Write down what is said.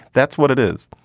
that's what it is.